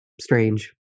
strange